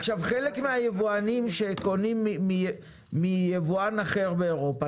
עכשיו חלק מהיבואנים שקונים מיבואן אחר באירופה,